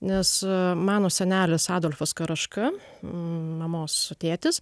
nes mano senelis adolfas karaška mamos tėtis